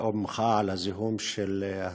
או במחאה על הזיהום של התחנה,